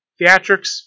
Theatrics